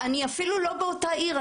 אני אפילו לא באותה עיר,